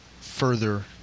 further